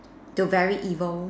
to very evil